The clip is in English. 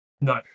No